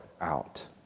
out